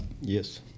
yes